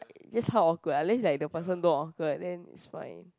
just how awkward unless like the person don't awkward then it's fine